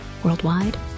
Worldwide